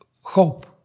hope